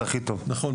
נכון.